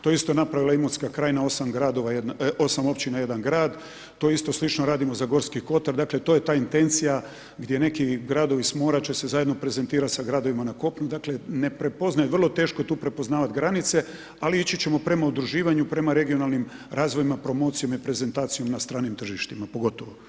To je isto napravila Imotska krajina, 8 gradova, 8 općina 1 grad, to isto slično radimo za Gorski kotar, dakle to je ta intencija gdje neki gradovi s mora će se zajedno prezentirat sa gradovima na kopnu, dakle ne prepoznaje, vrlo teško je tu prepoznavat granice, ali ići ćemo prema udruživanju prema regionalnim razvojima, promocijama i prezentacijom na stranim tržištima pogotovo.